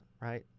right